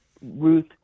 Ruth